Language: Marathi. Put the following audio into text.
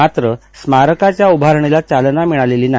मात्र स्मारकाच्या उभारणीला चालना मिळालेली नाही